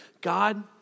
God